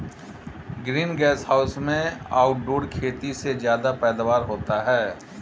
green gas house में outdoor खेती से ज्यादा पैदावार होता है